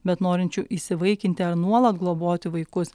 bet norinčių įsivaikinti ar nuolat globoti vaikus